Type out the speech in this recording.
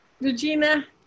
Regina